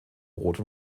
rot